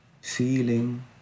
feeling